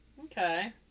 Okay